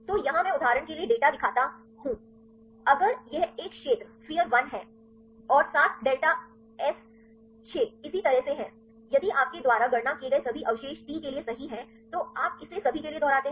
तो यहाँ मैं उदाहरण के लिए डेटा दिखाता हूँ अगर यह एक क्षेत्र है और सात डेल्टा एस छह इसी तरह से है यदि आपके द्वारा गणना किए गए सभी अवशेष टी के लिए सही हैं तो आप इसे सभी के लिए दोहराते हैं